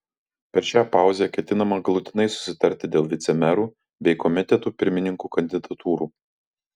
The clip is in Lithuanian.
per šią pauzę ketinama galutinai susitarti dėl vicemerų bei komitetų pirmininkų kandidatūrų